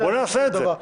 בוא נעשה את זה.